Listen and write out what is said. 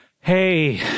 Hey